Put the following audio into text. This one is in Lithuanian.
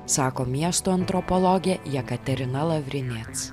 sako miesto antropologė jekaterina lavrinec